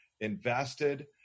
invested